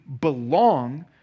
belong